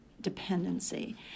dependency